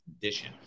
condition